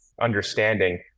understanding